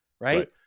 Right